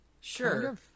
Sure